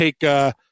take –